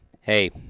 hey